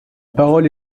parole